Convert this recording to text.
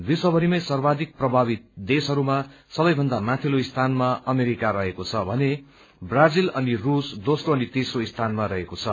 विश्वमरिमै सर्वाधिक प्रभावित देशहरूमा सबैभन्दा माथिल्लो स्थानमा अमेरिका रहेको छ भने ब्राजिल अनि रूसको दोस्रो अनि तेस्रो रहेको छ